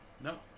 No